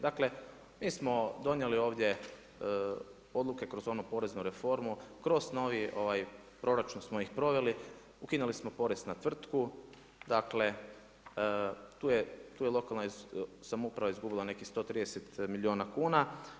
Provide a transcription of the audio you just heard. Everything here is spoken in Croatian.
Dakle mi smo donijeli ovdje odluke kroz onu poreznu reformu, kroz novi proračun smo ih proveli, ukinuli smo porez na tvrtku, dakle tu je lokalna samouprava izgubila nekih 130 milijuna kuna.